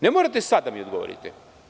Ne morate sada da mi odgovorite.